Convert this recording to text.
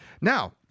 Now